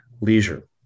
leisure